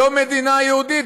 לא מדינה יהודית,